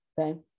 Okay